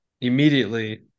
immediately